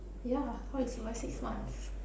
yeah how you survive six months